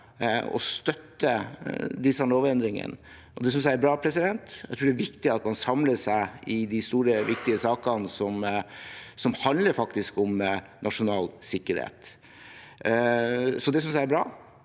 og støtter disse lovendringene, og det synes jeg er bra. Jeg tror det er viktig at man samler seg i de store, viktige sakene som handler om nasjonal sikkerhet. Det synes